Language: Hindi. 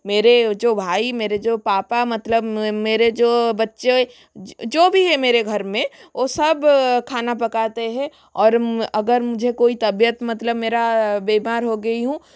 मेरे जो भाई मेरे जो पापा मतलब मेरे जो बच्चे जो भी हैं मेरे घर में वह सब खाना पकाते हैं और अगर मुझे कोई तबियत मतलब मेरा बीमार हो गई हूँ